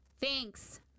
Thanks